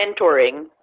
mentoring